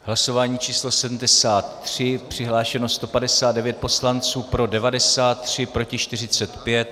Hlasování číslo 73, přihlášeno 159 poslanců, pro 93, proti 45.